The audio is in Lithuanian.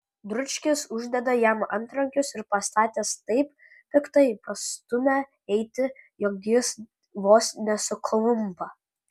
dručkis uždeda jam antrankius ir pastatęs taip piktai pastumia eiti jog jis vos nesuklumpa